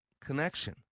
connection